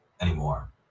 anymore